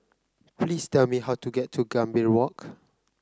please tell me how to get to Gambir Walk